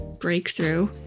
breakthrough